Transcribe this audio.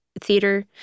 theater